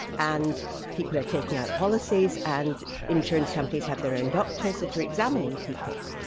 and people are taking out policies and insurance companies have their own doctors that are examining people,